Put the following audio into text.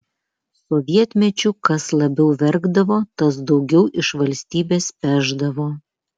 sovietmečiu kas labiau verkdavo tas daugiau iš valstybės pešdavo